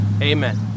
amen